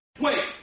Wait